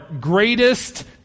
greatest